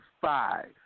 five